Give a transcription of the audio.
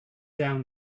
down